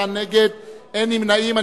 32 בעד ההסתייגות, 65 נגד, אין נמנעים.